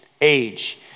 age